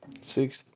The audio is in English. Six